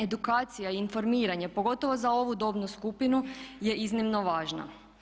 Edukacija i informiranje pogotovo za ovu dobnu skupinu je iznimno važno.